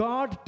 God